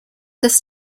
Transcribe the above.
this